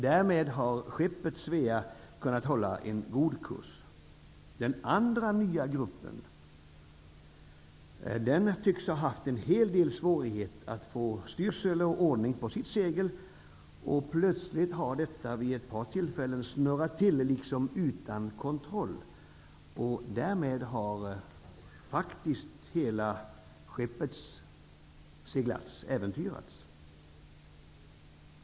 Därmed har skeppet Svea kunnat hålla en god kurs. Den andra nya gruppen tycks ha haft en hel del svårigheter att få styrsel och ordning på sitt segel, och vid ett par tillfällen har detta plötsligt snurrat till, liksom utan kontroll. Därmed har faktiskt hela skeppets seglats äventyrats.